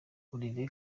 olivier